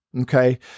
Okay